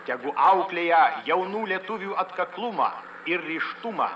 tegu auklėja jaunų lietuvių atkaklumą ir ryžtumą